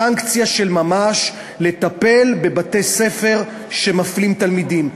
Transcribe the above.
סנקציה של ממש לטפל בבתי-ספר שמפלים תלמידים.